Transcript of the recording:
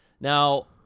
Now